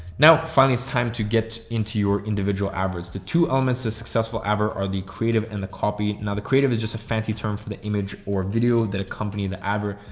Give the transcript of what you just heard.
now finally, it's time to get into your individual average. the two elements of successful ever are the creative and the copy. now the creative is just a fancy term for the image or video that accompany the average.